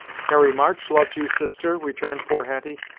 harry march loves you, sister, returned poor hetty,